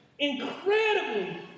incredibly